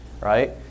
right